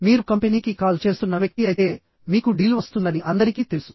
మీరు కంపెనీకి కాల్ చేస్తున్న వ్యక్తి అయితే మీకు డీల్ వస్తుందని అందరికీ తెలుసు